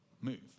move